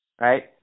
right